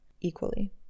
equally